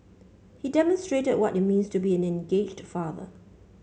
he demonstrated what it means to be an engaged father